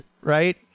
right